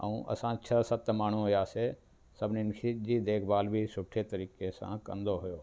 ऐं असां छह सत माण्हूं हुयासीं सभिनीन छी जी देखभाल बि सुठे तरीक़े सां कंदो हुयो